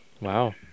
Wow